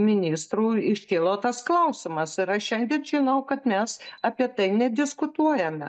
ministru iškilo tas klausimas ir aš šiandien žinau kad mes apie tai nediskutuojame